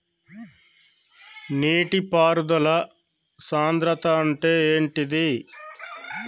నీటి పారుదల సంద్రతా అంటే ఏంటిది?